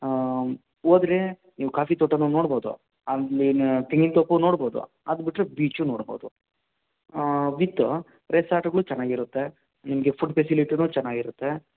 ಹೋದ್ರೆ ನೀವು ಕಾಫಿ ತೋಟನೂ ನೋಡ್ಬೋದು ಅಲ್ಲಿನ ತೆಂಗಿನ ತೋಪು ನೋಡ್ಬೋದು ಅದು ಬಿಟ್ರೆ ಬೀಚೂ ನೋಡ್ಬೋದು ವಿತ್ ರೆಸಾರ್ಟ್ಗಳೂ ಚೆನ್ನಾಗಿರುತ್ತೆ ನಿಮಗೆ ಫುಡ್ ಫೆಸಿಲಿಟಿನೂ ಚೆನ್ನಾಗಿರುತ್ತೆ